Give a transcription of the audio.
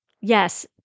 Yes